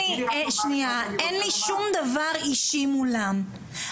אין לי שום דבר אישי מולם,